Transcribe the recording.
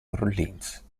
orleans